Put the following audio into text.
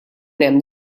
hemm